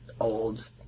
old